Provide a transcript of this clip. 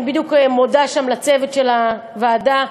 אני בדיוק מודה לצוות של הוועדה,